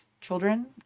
children